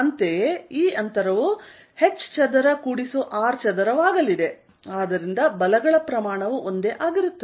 ಅಂತೆಯೇ ಈ ಅಂತರವು h ಚದರ ಜೊತೆಗೆ R ಚದರವಾಗಲಿದೆ ಆದ್ದರಿಂದ ಬಲಗಳ ಪ್ರಮಾಣವು ಒಂದೇ ಆಗಿರುತ್ತದೆ